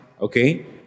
Okay